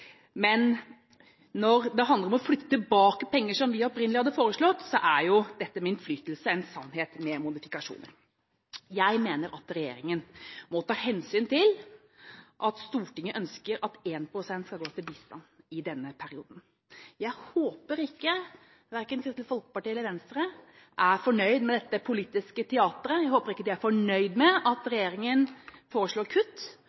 men når det handler om å flytte tilbake penger som vi opprinnelig hadde foreslått, er jo dette med innflytelse en sannhet med modifikasjoner. Jeg mener at regjeringa må ta hensyn til at Stortinget ønsker at 1 pst. skal gå til bistand i denne perioden. Jeg håper ikke verken Kristelig Folkeparti eller Venstre er fornøyd med dette politiske teateret. Jeg håper ikke de er fornøyd med at regjeringen foreslår kutt